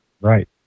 Right